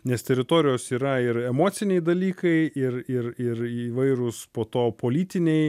nes teritorijos yra ir emociniai dalykai ir ir ir įvairūs po to politiniai